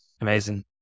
Amazing